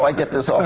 like get this off